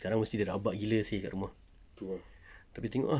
sekarang mesti dia rabak gila seh dekat rumah tapi tengok ah